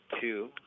two